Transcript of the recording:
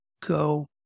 Go